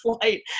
flight